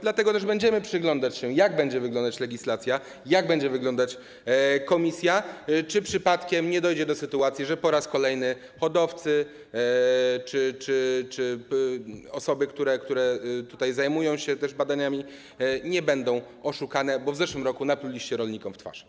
Dlatego będziemy przyglądać się, jak będzie wyglądać legislacja, jak będzie wyglądać komisja, czy przypadkiem nie dojdzie do sytuacji, że po raz kolejny hodowcy czy osoby, które zajmują się badaniami, nie będą oszukane, bo w zeszłym roku napluliście rolnikom w twarz.